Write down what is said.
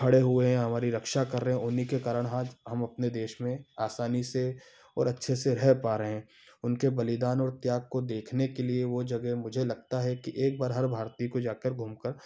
खड़े हुए हैं हमारी रक्षा कर रहें उन्हीं के कारण आज हम अपने देश में आसानी से और अच्छे से रह पा रहें उनके बलिदान और त्याग को देखने के लिए वह जगह मुझे लगता है कि एक बार हर भारतीय को जा कर घूम कर